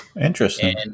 Interesting